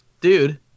Dude